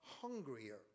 hungrier